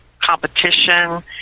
competition